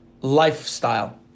lifestyle